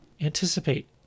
anticipate